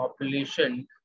population